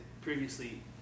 previously